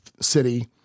city